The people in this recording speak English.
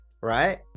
right